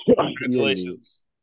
Congratulations